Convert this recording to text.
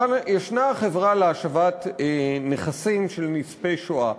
ישנה החברה להשבת נכסים של נספי שואה.